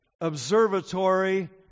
Observatory